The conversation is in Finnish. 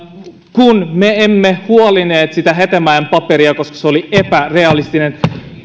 kun me emme huolineet sitä hetemäen paperia koska se se oli epärealistinen